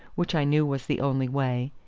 which i knew was the only way,